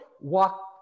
walk